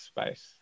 space